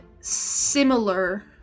similar